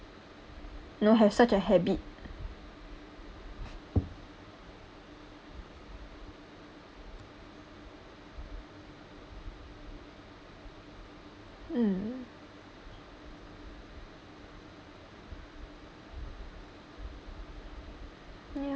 you know have such a habit mm ya